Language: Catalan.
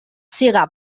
siga